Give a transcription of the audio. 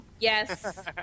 Yes